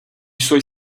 suoi